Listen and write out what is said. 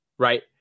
Right